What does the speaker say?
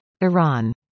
Iran